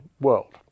world